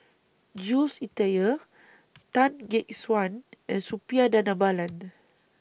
Jules Itier Tan Gek Suan and Suppiah Dhanabalan